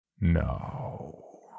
No